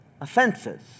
offenses